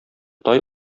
тай